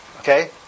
Okay